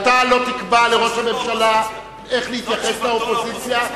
אתה לא תקבע לראש הממשלה איך להתייחס לאופוזיציה,